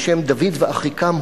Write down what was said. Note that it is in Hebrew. על שם דוד ואחיקם,